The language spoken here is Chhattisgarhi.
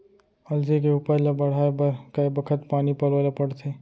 अलसी के उपज ला बढ़ए बर कय बखत पानी पलोय ल पड़थे?